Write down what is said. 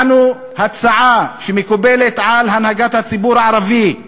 הצעה שמקובלת על הנהגת הציבור הערבי,